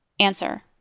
Answer